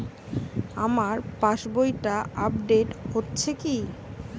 আমার পাশবইটা আপডেট হয়েছে কি?